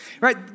right